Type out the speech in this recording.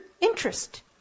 interest